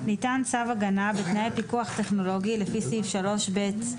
ניתן צו הגנה בתנאי פיקוח טכנולוגי לפי סעיף 3ב(ד)